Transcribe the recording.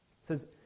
says